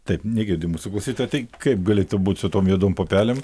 taip negirdi mūsų klausyti tai kaip galėtų būt su tom juodom pupelėm